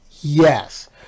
yes